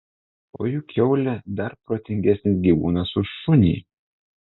o juk kiaulė dar protingesnis gyvūnas už šunį